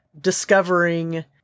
discovering